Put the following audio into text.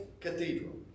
cathedral